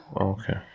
okay